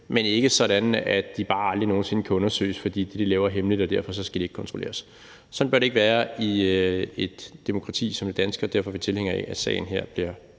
men ikke sådan, at de bare aldrig nogen sinde kan undersøges, fordi det, de laver, er hemmeligt og de derfor ikke skal kontrolleres. Sådan bør det ikke være i et demokrati som det danske, og derfor er vi tilhængere af, at sagen her bliver